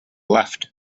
left